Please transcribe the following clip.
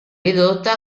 ridotta